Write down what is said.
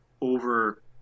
over